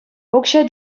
укҫа